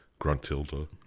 Gruntilda